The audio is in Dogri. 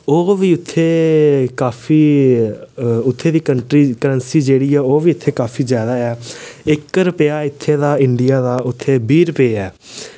ओब् बी उत्थै काफी उत्थै दी कंट्री करेंसी जेह्ड़ी ऐ ओह् बी उत्थै काफी जैदा ऐ इक रपेआ इत्थै इंडिया दा उत्थै बीह् रपेऽ ऐ